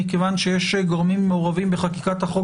כיוון שיש גורמים מעורבים בחקיקת החוק